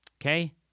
Okay